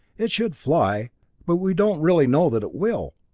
it should fly but we don't really know that it will!